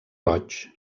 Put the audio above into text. roig